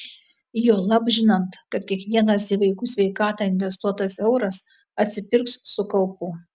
juolab žinant kad kiekvienas į vaikų sveikatą investuotas euras atsipirks su kaupu